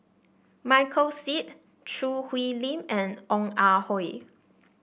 Michael Seet Choo Hwee Lim and Ong Ah Hoi